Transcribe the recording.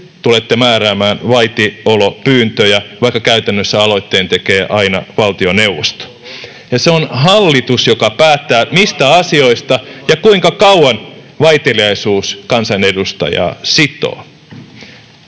tulette määräämään vaitiolopyyntöjä, vaikka käytännössä aloitteen tekee aina valtioneuvosto. [Arto Satonen: Ollaan oikeassa paikassa!] Ja se on hallitus, joka päättää, mistä asioista ja kuinka kauan vaiteliaisuus kansanedustajaa sitoo.